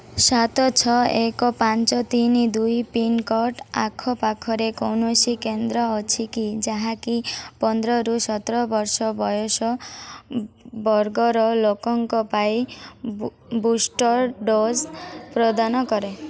ସାତ ଛଅ ଏକ ପାଞ୍ଚ ତିନି ଦୁଇ ପିନ୍ କୋଡ଼୍ ଆଖପାଖରେ କୌଣସି କେନ୍ଦ୍ର ଅଛି କି ଯାହାକି ପନ୍ଦର ରୁ ସତର ବର୍ଷ ବୟସ ବର୍ଗର ଲୋକଙ୍କ ପାଇଁ ବୁଷ୍ଟର୍ ଡୋଜ୍ ପ୍ରଦାନ କରେ